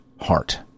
heart